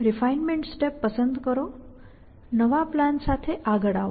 refinement step પસંદ કરો નવા પ્લાન સાથે આગળ આવો